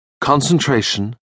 Concentration